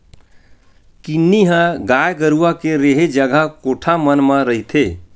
किन्नी ह गाय गरुवा के रेहे जगा कोठा मन म रहिथे